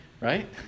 right